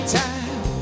time